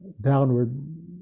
downward